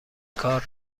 کار